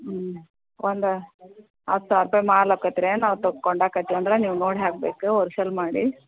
ಹ್ಞೂ ಒಂದು ಹತ್ತು ಸಾವಿರ ರೂಪಾಯಿ ಮಾಲು ಆಗತ್ ರೀ ನಾವು ತಕ್ಕೊಂಡಾಗ್ ಆಗತ್ ರೀ ಅಂದ್ರೆ ನೀವು ನೋಡಿ ಹಾಕಬೇಕು ಹೋಲ್ಸೇಲ್ ಮಾಡಿ